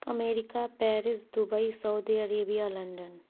America Paris Dubai Saudi Arabia London